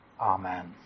Amen